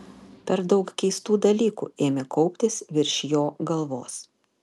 per daug keistų dalykų ėmė kauptis virš jo galvos